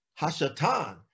Hashatan